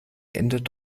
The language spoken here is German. endet